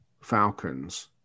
Falcons